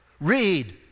read